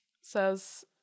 says